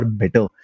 better